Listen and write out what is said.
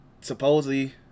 supposedly